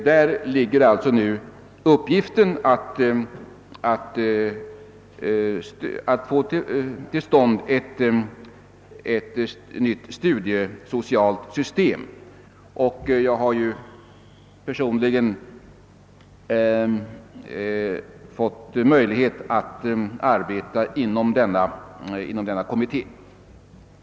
Den har nu till uppgift att föreslå ett nytt studiesocialt system, och jag har personligen fått möjlighet att arbeta inom denna kommitté.